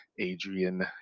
Adrian